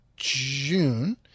June